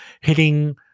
hitting